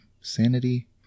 sanity